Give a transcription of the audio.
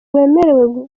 wemerewe